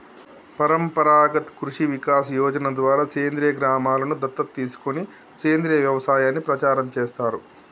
పరంపరాగత్ కృషి వికాస్ యోజన ద్వారా సేంద్రీయ గ్రామలను దత్తత తీసుకొని సేంద్రీయ వ్యవసాయాన్ని ప్రచారం చేస్తారు